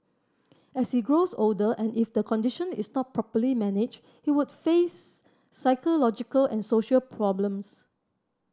as he grows older and if the condition is not properly managed he could face psychological and social problems